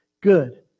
Good